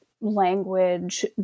language